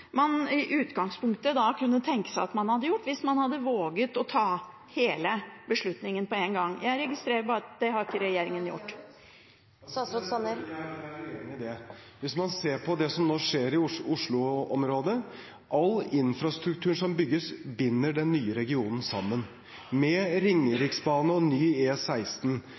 man i utgangspunktet kunne tenke seg å ha gjort hvis man hadde våget å ta hele beslutningen på én gang. Jeg registrerer bare at regjeringen ikke har gjort det. Jeg er uenig i det. Hvis man ser på det som nå skjer i Oslo-området, binder all infrastrukturen som bygges, den nye regionen sammen. Med Ringeriksbanen og ny